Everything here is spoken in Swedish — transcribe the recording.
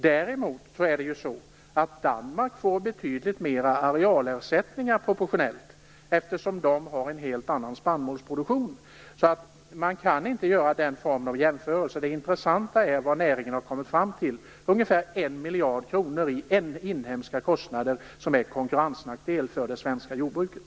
Däremot får Danmark proportionellt betydligt mera i arealersättningar, eftersom man där har en helt annan spannmålsproduktion. Man kan alltså inte göra den formen av jämförelser. Det intressanta är vad näringen har kommit fram till, och det svenska jordbruket har en konkurrensnackdel om ungefär 1 miljard kronor i inhemska kostnader.